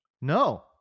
No